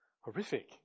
Horrific